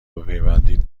بپیوندید